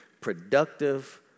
productive